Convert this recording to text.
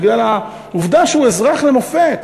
בגלל העובדה שהוא אזרח למופת,